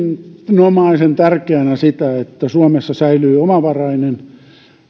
erinomaisen tärkeänä sitä että suomessa säilyy omavarainen